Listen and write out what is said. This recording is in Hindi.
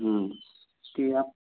हाँ कि आप